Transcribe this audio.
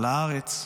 על הארץ,